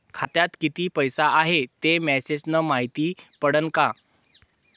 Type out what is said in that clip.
खात्यात किती पैसा हाय ते मेसेज न मायती पडन का?